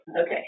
okay